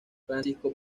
francisco